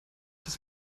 das